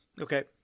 Okay